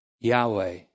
Yahweh